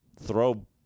throw